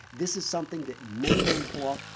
this is something that many men pull off.